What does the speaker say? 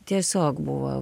tiesiog buvo